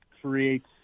creates